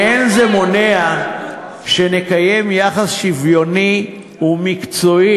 ואין זה מונע שנקיים יחס שוויוני ומקצועי